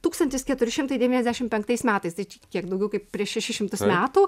tūkstantis keturi šimtai devyniasdešimt penktais metais tai kiek daugiau kaip prieš šešis šimtus metų